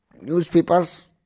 newspapers